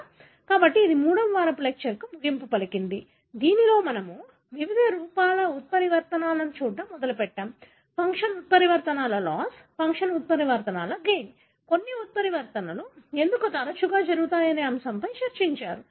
కాబట్టి ఇది మూడవ వారపు లెక్చర్ లకు ముగింపు పలికింది దీనిలో మనము వివిధ రూపాల ఉత్పరివర్తనాలను చూడటం మొదలుపెట్టాము ఫంక్షన్ ఉత్పరివర్తనాల లాస్ ఫంక్షన్ ఉత్పరివర్తనాల గైన్ కొన్ని ఉత్పరివర్తనలు ఎందుకు తరచుగా జరుగుతాయనే అంశంపై చర్చించారు